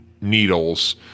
needles